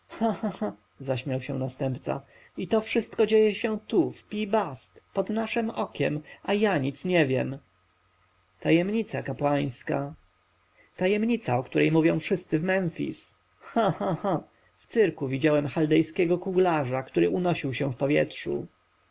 zaśmiał się następca i to wszystko dzieje się tu w pi-bast pod naszem okiem a ja nic nie wiem tajemnica kapłańska tajemnica o której mówią wszyscy w memfis cha cha cha w cyrku widziałem chaldejskiego kuglarza który unosił się w powietrzu